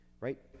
right